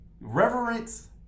reverence